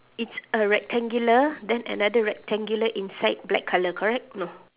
it's a rectangular then another rectangular inside black colour correct no